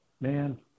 man